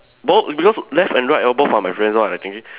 both because left and right are both are my friends so I thinking